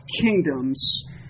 kingdoms